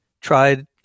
tried